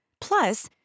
Plus